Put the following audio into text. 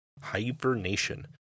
Hibernation